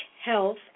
health